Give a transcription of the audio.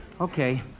Okay